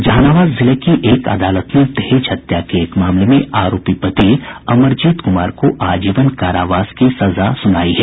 जहानाबाद जिले की एक अदालत ने दहेज हत्या के एक मामले में आरोपी पति अमरजीत कुमार को आजीवन कारावास की सजा सुनायी है